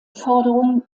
forderung